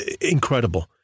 incredible